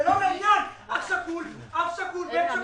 זה לא לעניין אב שכול, בן שכול.